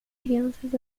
crianças